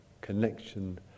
connection